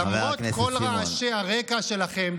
למרות כל רעשי הרקע שלכם,